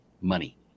money